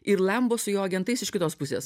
ir lembo su jo agentais iš kitos pusės